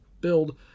build